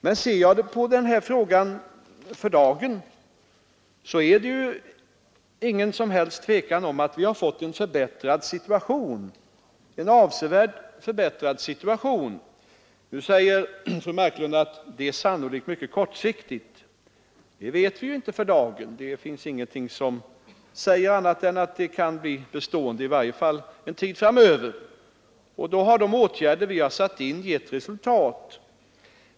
Men ser jag på den här frågan för dagen, så är det inget som helst tvivel om att vi har fått en avsevärt förbättrad situation. Nu säger fru Marklund att det sannolikt är kortsiktigt. Det vet vi ju inte för dagen. Det finns ingenting som säger annat än att det kan bli bestående, i varje fall en tid framöver. Då har de ågärder vi har satt in gett resultat.